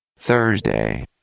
thursday